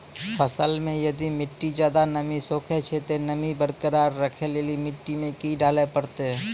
फसल मे यदि मिट्टी ज्यादा नमी सोखे छै ते नमी बरकरार रखे लेली मिट्टी मे की डाले परतै?